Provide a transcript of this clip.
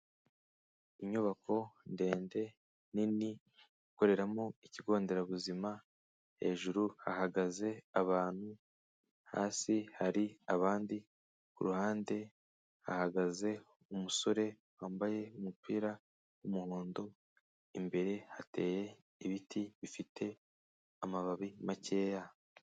Inyubako ndende nini ikoreramo ikigo nderabuzima, hejuru hahagaze abantu, hasi hari abandi ku ruhande hahagaze umusore wambaye umupira w'umuhondo, imbere hateye ibiti bifite amababi makeya.